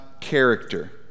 character